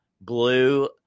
blue